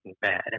Bad